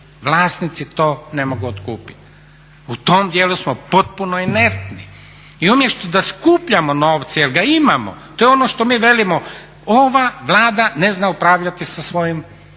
vlasnici to ne mogu otkupiti. U tom dijelu smo potpuno inertni. I umjesto da skupljamo novce jel ga imamo, to je ono što mi velimo, ova Vlada ne zna upravljati sa svojim nekretninama,